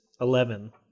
eleven